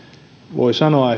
voi sanoa